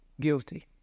Guilty